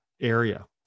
area